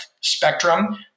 spectrum